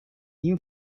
این